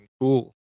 cool